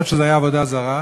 למרות שזה היה עבודה זרה,